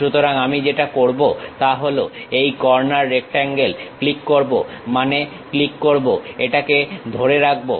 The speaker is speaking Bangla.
সুতরাং আমি যেটা করবো তা হলো এই কর্নার রেক্টাঙ্গেলে ক্লিক করব মানে ক্লিক করব এটাকে ধরে রাখবো